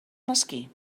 mesquí